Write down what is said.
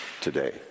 today